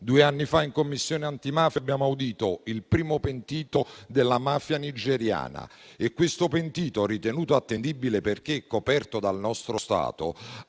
Due anni fa in Commissione antimafia abbiamo udito il primo pentito della mafia nigeriana, il quale, ritenuto attendibile perché coperto dal nostro Stato,